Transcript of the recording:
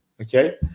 okay